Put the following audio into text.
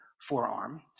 forearm